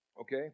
Okay